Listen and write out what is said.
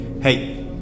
Hey